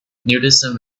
nudism